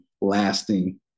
lasting